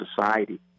society